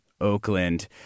Oakland